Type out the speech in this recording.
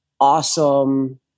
awesome